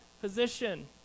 position